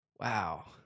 Wow